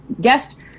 guest